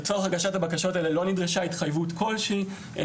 לצורך הגשת הבקשות האלה לא נדרשה התחייבות כספית.